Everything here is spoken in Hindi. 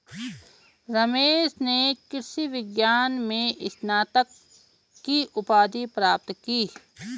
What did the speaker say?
रमेश ने कृषि विज्ञान में स्नातक की उपाधि प्राप्त की